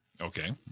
Okay